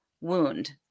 wound